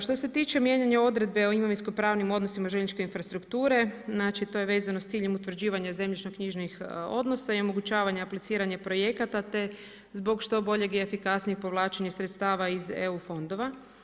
Što se tiče mijenjanja odredbe o imovinsko pravnim odnosima željezničke infrastrukture, znači to je vezano sa ciljem utvrđivanja zemljišno knjižnih odnosa i omogućavanja, apliciranje projekata te zbog što boljeg i efikasnijeg povlačenja sredstava iz EU fondova.